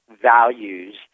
Values